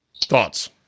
Thoughts